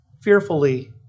fearfully